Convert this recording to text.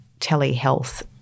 telehealth